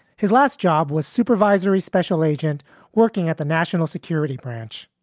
his last job was supervisory special agent working at the national security branch.